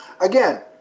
Again